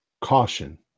caution